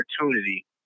opportunity